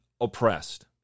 oppressed